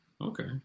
Okay